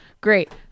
Great